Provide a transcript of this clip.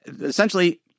essentially